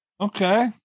Okay